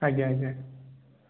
ଆଜ୍ଞା ଆଜ୍ଞା